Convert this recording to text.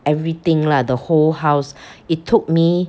everything lah the whole house it took me